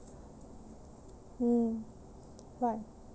mm but